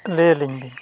ᱞᱟᱹᱭ ᱟᱹᱞᱤᱧ ᱵᱤᱱ